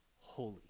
holy